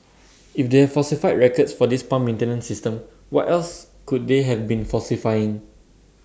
if they have falsified records for this pump maintenance system what else could they have been falsifying